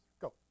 Go